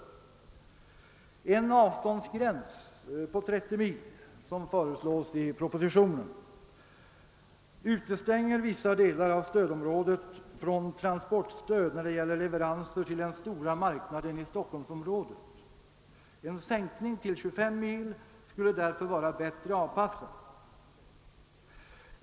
Den avståndsgräns på 30 mil som föreslås i propositionen utestänger vissa delar av stödområdet från transportstöd när det gäller leve ranser till den stora marknaden i Stockholmsområdet. En sänkning till 25 mil skulle därför vara bättre avpassad.